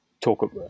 talk